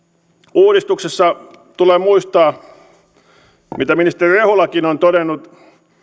uudistuksessa tulee muistaa mitä ministeri rehulakin on todennut